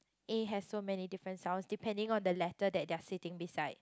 A has so many different sounds depending on the letter that they are sitting beside